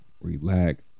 relax